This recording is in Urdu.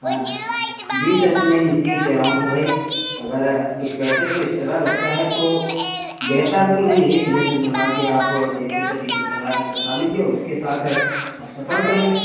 ہاں جی سر تو میں اس لیے کہہ رہا ہوں کہ بھائی اگر کچھ پیسے اگر ایکسٹرا لگتا ہے تو بہتر تو میں یہی سجیشن دوں گا کہ آپ اے سی کا ٹکٹ کٹا کٹا لیجیے اس کے ساتھ آپ سفر کر لیں